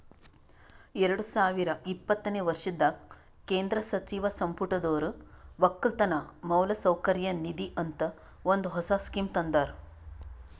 ಎರಡು ಸಾವಿರ ಇಪ್ಪತ್ತನೆ ವರ್ಷದಾಗ್ ಕೇಂದ್ರ ಸಚಿವ ಸಂಪುಟದೊರು ಒಕ್ಕಲತನ ಮೌಲಸೌಕರ್ಯ ನಿಧಿ ಅಂತ ಒಂದ್ ಹೊಸ ಸ್ಕೀಮ್ ತಂದಾರ್